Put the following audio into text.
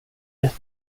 rätt